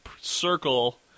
circle